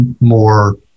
more